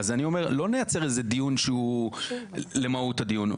אני אומר שלא נייצר איזה שהוא דיון שהוא למהות הדיון,